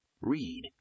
Read